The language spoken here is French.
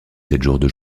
sept